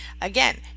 Again